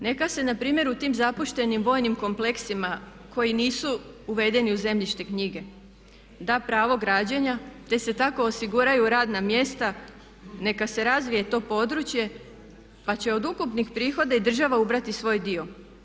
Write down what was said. Neka se npr. u tim zapuštenim vojnim kompleksima koji nisu uvedeni u zemljišne knjige da pravo građenja te se tako osiguraju radna mjesta, neka se razvije to područje pa će od ukupnih prihoda i država ubrati svoj dio.